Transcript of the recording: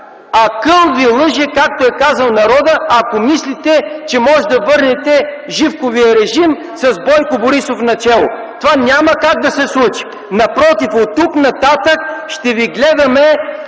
„Акъл ви лъже”, както е казал народът, ако мислите, че може да върнете Живковия режим с Бойко Борисов начело. Това няма как да се случи! Напротив. Оттук нататък ще ви гледаме